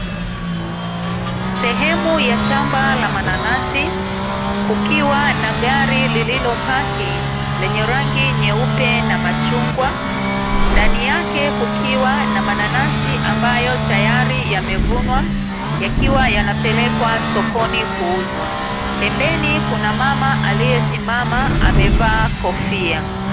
Sehemu ya shamba la mananasi kukiwa na gari lililopaki, lenye rangi nyeupe na machungwa. Ndani yake kukiwa na mananasi ambayo tayari yamevunwa yakiwa yanapelekwa sokoni kuuzwa. Pembeni kuna mama aliyesimama amevaa kofia.